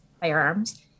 firearms